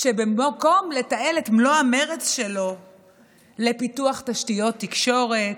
שבמקום לתעל את מלוא המרץ שלו לפיתוח תשתיות תקשורת,